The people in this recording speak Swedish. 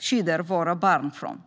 skyddar våra barn från.